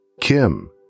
Kim